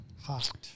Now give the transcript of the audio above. hot